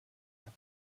fünf